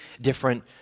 different